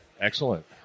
Excellent